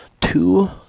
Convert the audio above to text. two